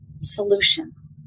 solutions